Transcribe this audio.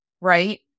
right